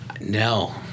No